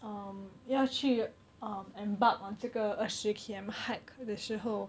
um 要去 um embark on 这个二十 K_M hike 的时候